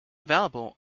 available